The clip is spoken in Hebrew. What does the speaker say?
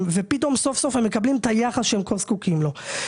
של הדיירים כי סוף סוף הם מקבלים את היחס שהם זקוקים לו.